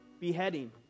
beheading